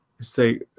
Say